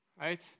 Right